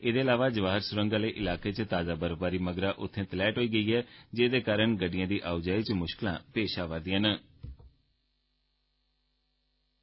एहदे अलावा जवाहर सुरंग आहले इलाके च ताजा बर्फबारी मगरा उत्थे तलैहट हो गेदी ऐ जेहदे कारण गड्डिएं दी आओजा च मुश्कलां पेश आवै' रदिआं हिआं